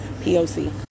POC